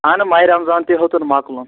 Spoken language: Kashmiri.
اہن ماہِ رمضان تہِ ہیٛوتُن مۄکلُن